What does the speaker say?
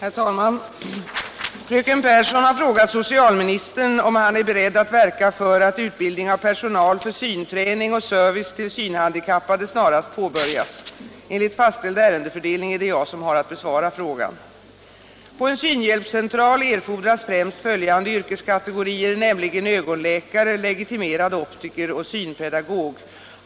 Herr talman! Fröken Pehrsson har frågat socialministern om han är beredd att verka för att utbildning av personal för synträning och service till synhandikappade snarast påbörjas. Enligt fastställd ärendefördelning är det jag som har att besvara frågan. På en synhjälpscentral erfordras främst följande yrkeskategorier: ögonläkare, legitimerad optiker och synpedagog.